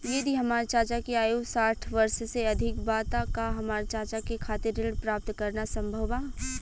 यदि हमार चाचा के आयु साठ वर्ष से अधिक बा त का हमार चाचा के खातिर ऋण प्राप्त करना संभव बा?